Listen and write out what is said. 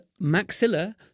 maxilla